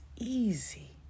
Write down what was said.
easy